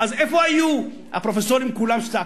אז איפה היו הפרופסורים כולם כשצעקנו?